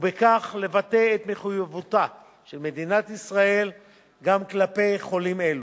ובכך לבטא את מחויבותה של מדינת ישראל גם כלפי חולים אלו.